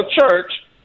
church